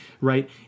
right